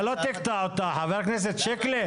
אתה לא תקטע אותה, ח"כ שיקלי.